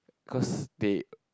cause they